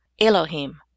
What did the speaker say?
elohim